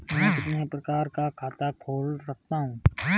मैं कितने प्रकार का खाता खोल सकता हूँ?